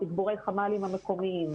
תגבורי חמ"לים מקומיים,